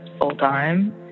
full-time